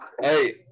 Hey